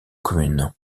commune